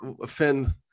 offend